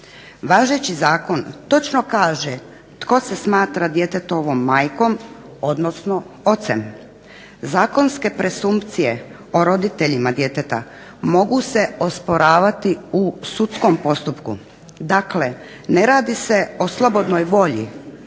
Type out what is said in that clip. Važeći Zakon točno kaže tko se smatra djetetovom majkom odnosno ocem. Zakonske presumpcije o roditeljima djeteta mogu se osporavati u sudskom postupku. Dakle, ne radi se o slobodnoj volji